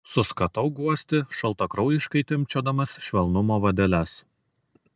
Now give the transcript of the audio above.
suskatau guosti šaltakraujiškai timpčiodamas švelnumo vadeles